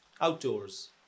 Outdoors